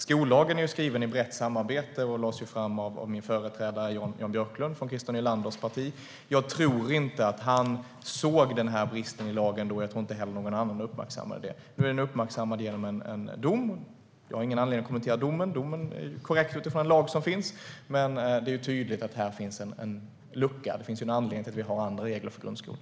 Skollagen är skriven i brett samarbete och lades fram av min företrädare Jan Björklund från Christer Nylanders parti. Jag tror inte att han då såg den bristen i lagen, och jag tror heller inte att någon annan uppmärksammade det. Nu är den uppmärksammad genom en dom. Jag har ingen anledning att kommentera domen. Domen är korrekt utifrån den lag som finns. Men det är tydligt att här finns en lucka. Det finns en anledning till att vi har andra regler för grundskolan.